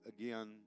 again